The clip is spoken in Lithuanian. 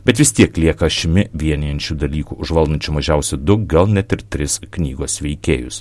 bet vis tiek lieka ašimi vienijančių dalykų užvaldančių mažiausiai du gal net ir tris knygos veikėjus